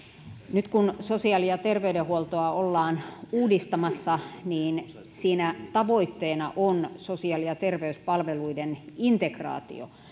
nyt kun sosiaali ja terveydenhuoltoa ollaan uudistamassa niin siinä tavoitteena on sosiaali ja terveyspalveluiden integraatio